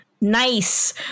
nice